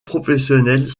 professionnelles